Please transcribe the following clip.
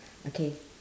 okay